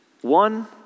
One